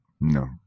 No